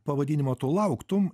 pavadinimo tu lauktum